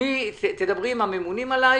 דברי עם הממונים עליך.